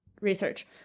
research